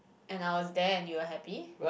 and I was there and you were happy